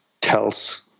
tells